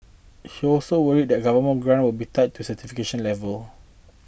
he also worried that government grants will be tied to certification levels